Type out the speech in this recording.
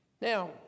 Now